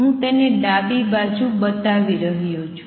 હું તેને ડાબી બાજુ બતાવી રહ્યો છું